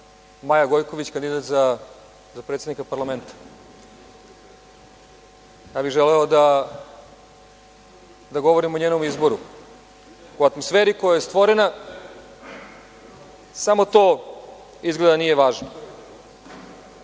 Maja Gojković, kandidat za predsednika parlamenta, pa bih želeo da govorim o njenom izboru. U atmosferi koja je stvorena samo to izgleda nije važno. Dosta